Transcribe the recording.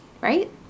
Right